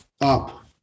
up